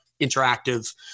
interactive